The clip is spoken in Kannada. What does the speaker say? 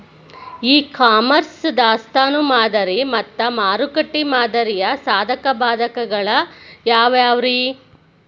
ಇ ಕಾಮರ್ಸ್ ನಲ್ಲಿ ದಾಸ್ತಾನು ಮಾದರಿ ಮತ್ತ ಮಾರುಕಟ್ಟೆ ಮಾದರಿಯ ಸಾಧಕ ಬಾಧಕಗಳ ಯಾವವುರೇ?